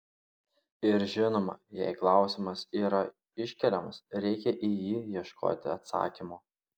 ir žinoma jei klausimas yra iškeliamas reikia į jį ieškoti atsakymo